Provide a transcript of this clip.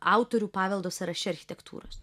autorių paveldo sąraše architektūros